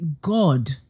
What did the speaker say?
god